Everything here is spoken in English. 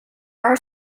are